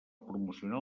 promocionar